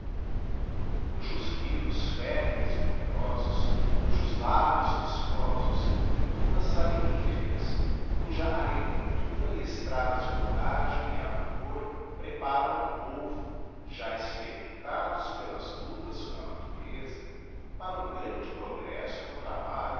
platós cujos rios férteis e numerosos cujos lagos piscosos e dunas saliniferas cuja agricultura e estradas de rodagem e a vapor preparam um povo já experidigiti zedby google mentado pelas luctas com a natureza para um grande progresro no trabalho